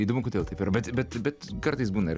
įdomu kodėl taip ir bet bet bet kartais būna ir